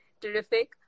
Terrific